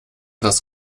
das